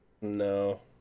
No